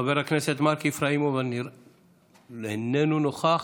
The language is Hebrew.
חבר הכנסת מרק איפראימוב, איננו נוכח.